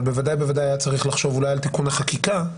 בוודאי ובוודאי היה צריך לחשוב על תיקוני חקיקה,